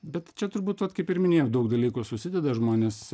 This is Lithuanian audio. bet čia turbūtvat kaip ir minėjau daug dalykų susideda žmonės